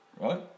right